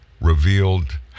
revealed